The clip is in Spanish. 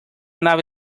nave